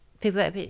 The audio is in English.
people